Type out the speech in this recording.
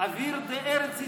האוויר בארץ ישראל,